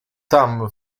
tam